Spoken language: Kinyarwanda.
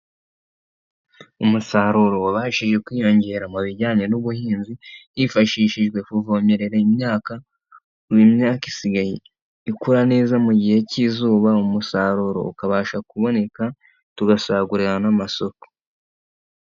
Umusaruro wabashije kwiyongera mu bijyanye n'ubuhinzi hifashishijwe kuvomerera imyaka buri myaka isiga ikura neza mu gihe k'izuba umusaruro ukabasha kuboneka tugasagurira n'amasoko.